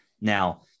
Now